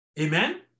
Amen